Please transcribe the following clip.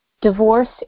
divorce